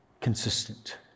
consistent